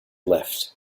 left